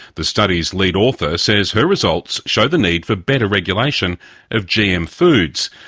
the study's lead author says her results show the need for better regulation of gm foods.